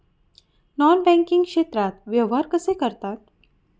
Non banking क्षेत्रात व्यवहार कसे करतात?